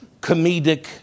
comedic